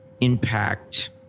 impact